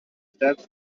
steps